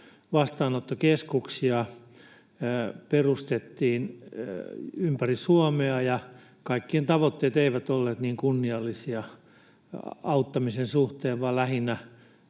vastaanottokeskuksia perustettiin ympäri Suomea ja kaikkien tavoitteet eivät olleet niin kunniallisia auttamisen suhteen vaan lähinnä